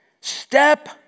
Step